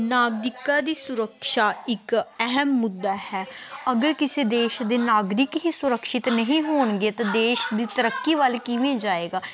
ਨਾਗਰਿਕਾਂ ਦੀ ਸੁਰਕਸ਼ਾ ਇੱਕ ਅਹਿਮ ਮੁੱਦਾ ਹੈ ਅਗਰ ਕਿਸੇ ਦੇਸ਼ ਦੇ ਨਾਗਰਿਕ ਹੀ ਸੁਰਕਸ਼ਿਤ ਨਹੀਂ ਹੋਣਗੇ ਤਾਂ ਦੇਸ਼ ਦੀ ਤਰੱਕੀ ਵੱਲ ਕਿਵੇਂ ਜਾਏਗਾ